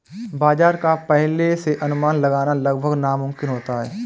बाजार का पहले से अनुमान लगाना लगभग नामुमकिन होता है